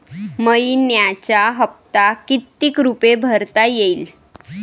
मइन्याचा हप्ता कितीक रुपये भरता येईल?